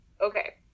Okay